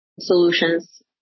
solutions